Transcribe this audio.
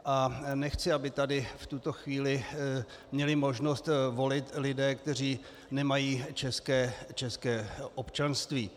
A nechci, aby tady v tuto chvíli měli možnost volit lidé, kteří nemají české občanství.